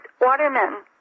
Waterman